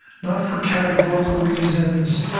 not for categorical reasons.